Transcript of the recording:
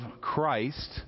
Christ